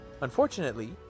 Unfortunately